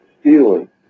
stealing